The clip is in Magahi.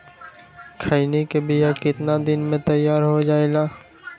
खैनी के बिया कितना दिन मे तैयार हो जताइए?